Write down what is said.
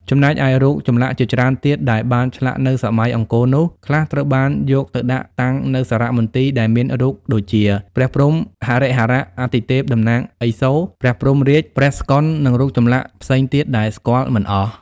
ចំណែកឯរូបចម្លាក់ជាច្រើនទៀតដែលបានឆ្លាក់នៅសម័យអង្គរនោះខ្លះត្រូវបានយកទៅដាក់តាំងនៅសារៈមន្ទីរដែលមានរូបដូចជា ព្រះព្រហ្ម ហរិហរៈអាទិទេពតំណាងឥសូរ ព្រះព្រហ្មរាជ្យ ព្រះស្កន្ទនិងរូបសំណាក់ផ្សេងទៀតដែលស្គាល់មិនអស់។